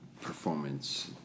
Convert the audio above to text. performance